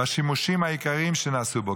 והשימושים העיקריים שנעשו בו,